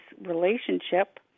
relationship